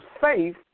faith